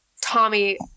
Tommy